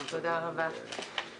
ברכות לחברת הכנסת רון בן משה,